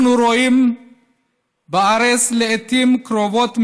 אנחנו רואים בארץ, לעיתים קרובות מדי,